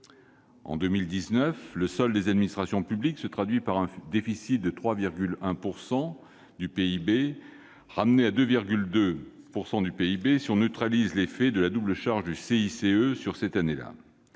En 2019, le solde des administrations publiques se traduit par un déficit de 3,1 % du PIB ramené à 2,2 % si on neutralise l'effet de la double charge du CICE sur cette année-là.